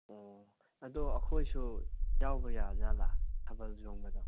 ꯑꯣ ꯑꯗꯣ ꯑꯩꯈꯣꯏꯁꯨ ꯌꯥꯎꯕ ꯌꯥꯖꯠꯂꯥ ꯊꯥꯕꯜ ꯆꯣꯡꯕꯗꯣ